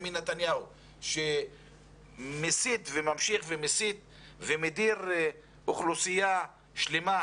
בנימין נתניהו שמסית וממשיך ומסית ומדיר אוכלוסייה שלמה,